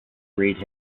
read